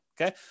Okay